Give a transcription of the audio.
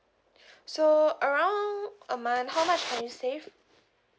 so around a month how much can you save